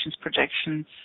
projections